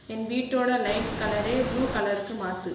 என் வீட்டோட லைட்ஸ் கலரை புளூ கலருக்கு மாற்று